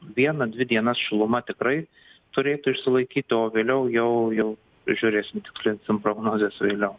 vieną dvi dienas šiluma tikrai turėtų išsilaikyti o vėliau jau jau žiūrėsim tikslinsim prognozes vėliau